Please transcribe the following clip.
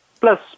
Plus